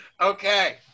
Okay